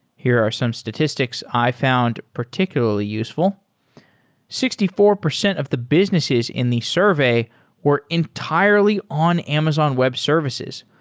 here are some statistics i found particularly useful sixty four percent of the businesses in the survey were entirely on amazon web services,